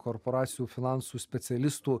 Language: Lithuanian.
korporacijų finansų specialistu